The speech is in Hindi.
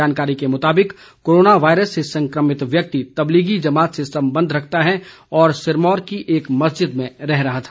जानकारी के मुताबिक कोरोना वायरस से संक्रमित व्यक्ति तबलीगी जमात से संबंध रखता है और सिरमौर की एक मस्जिद में रह रहा था